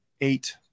eight